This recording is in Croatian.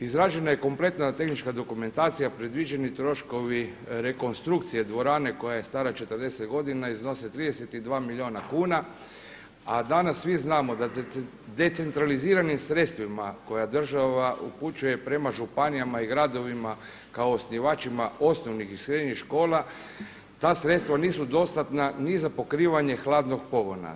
Izrađena je kompletna tehnička dokumentacija, predviđeni troškovi rekonstrukcije dvorane koja je stara 40 godina iznose 32 milijuna kuna, a danas svi znamo da se decentraliziranim sredstvima koja država upućuje prema županijama i gradovima kao osnivačima osnovnih i srednjih škola ta sredstva nisu dostatna ni za pokrivanje hladnog pogona.